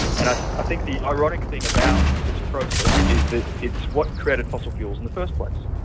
and i think the ironic thing about this process is that it is what created fossil fuels in the first place.